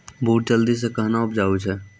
बूट जल्दी से कहना उपजाऊ छ?